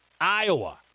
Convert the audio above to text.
Iowa